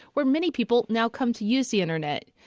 where many people now come to use the internet.